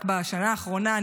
רק בשנה האחרונה.